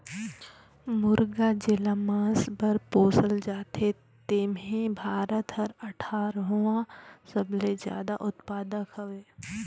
मुरगा जेला मांस बर पोसल जाथे तेम्हे भारत हर अठारहवां सबले जादा उत्पादक हवे